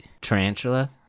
tarantula